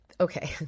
okay